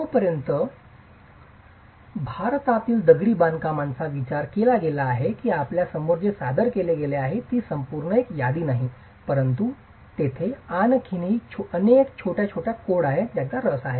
जोपर्यंत भारतातील दगडी बांधकामांचा विचार केला आहे की आपल्यासमोर जे सादर केले गेले आहे ती एक संपूर्ण यादी नाही परंतु तेथे आणखीही अनेक छोट्या छोट्या कोड आहेत ज्यांचा रस आहे